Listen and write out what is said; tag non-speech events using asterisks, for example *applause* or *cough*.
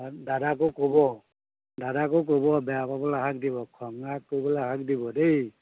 *unintelligible* দাদাকো ক'ব দাদাকো ক'ব বেয়া পাবলৈ হাক দিব খং ৰাগ কৰিবলৈ হাক দিব দেই